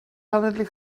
suddenly